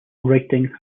writing